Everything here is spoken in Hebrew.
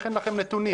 איך אין לכם נתונים?